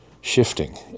shifting